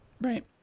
Right